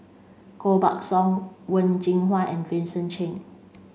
Koh Buck Song Wen Jinhua and Vincent Cheng